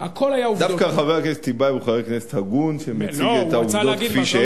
זה בכלל ארבע עונות, ארבע עונות.